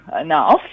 enough